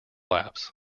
laps